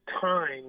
time